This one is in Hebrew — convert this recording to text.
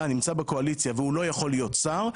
נמצא בקואליציה והוא לא יכול להיות שר,